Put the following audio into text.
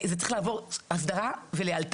זה צריך לעבור הסדרה לאלתר.